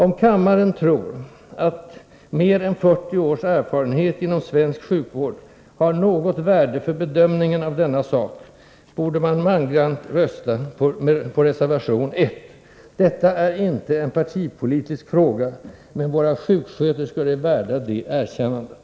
Om kammaren tror att mer än 40 års erfarenhet inom svensk sjukvård har något värde för bedömningen av denna sak, borde ledamöterna mangrant rösta på reservation 1. Detta är inte en partipolitisk fråga, men våra sjuksköterskor är värda det erkännandet.